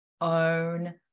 Own